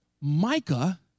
Micah